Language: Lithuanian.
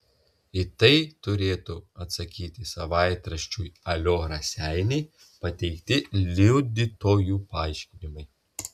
į tai turėtų atsakyti savaitraščiui alio raseiniai pateikti liudytojų paaiškinimai